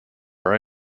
are